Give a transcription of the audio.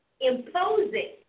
imposing